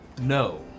No